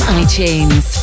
itunes